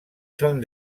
són